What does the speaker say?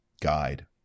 guide